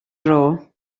dro